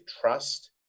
trust